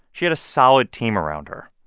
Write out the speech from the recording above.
she had a solid team around her,